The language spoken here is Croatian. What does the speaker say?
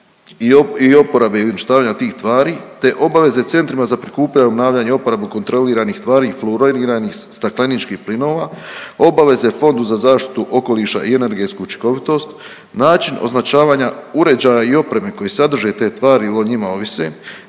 i oporabe i uništavanja tih tvari, te obaveze Centrima za prikupljanje, obnavljanje i oporabu kontroliranih tvari i fluoriranih stakleničkih plinova, obaveze Fondu za zaštitu okoliša i energetsku učinkovitost, način označavanja uređaja i opreme koje sadrže te tvari jel o njima ovise,